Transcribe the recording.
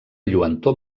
lluentor